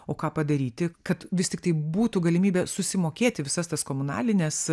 o ką padaryti kad vis tiktai būtų galimybė susimokėti visas tas komunalines